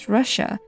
Russia